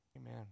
Amen